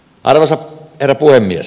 arvoisa herra puhemies